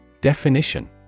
definition